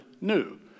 new